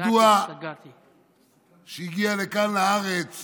ידוע שכשהגיע לכאן לארץ